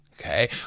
okay